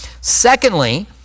Secondly